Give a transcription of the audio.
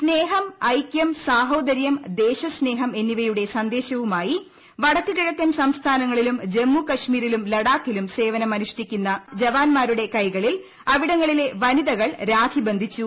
സ്നേഹം ഐക്യം സാഹോദര്യം ദേശസ്നേഹം എന്നിവയുടെ സന്ദേശവുമായി വടക്കുകിഴക്കൻ സംസ്ഥാനങ്ങളിലും ജമ്മു കശ്മീരിലും ലഡാക്കിലും സേവനമനുഷ്ഠിക്കുന്ന ജവാൻമാരുടെ കൈകളിൽ അവിടങ്ങളിലെ വനിതകൾ രാഖി ബന്ധിച്ചു